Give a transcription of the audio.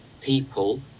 people